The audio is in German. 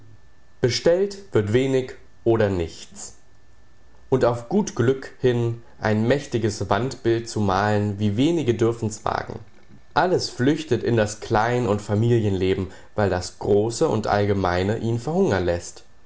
bestellt wird wenig oder nichts und auf gut glück hin ein mächtiges wandbild zu malen wie wenige dürfen's wagen alles flüchtet in das klein und familienleben weil das große und allgemeine ihn verhungern läßt